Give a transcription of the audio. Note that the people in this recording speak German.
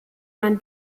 man